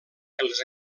els